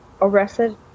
arrested